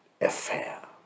affair